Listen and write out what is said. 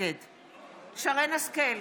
נגד שרן מרים השכל,